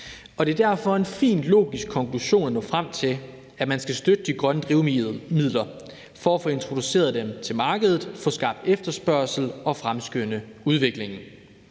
Det er derfor en fin logisk konklusion at nå frem til, at man skal støtte de grønne drivmidler for at få introduceret dem til markedet, få skabt efterspørgsel og fremskynde udviklingen.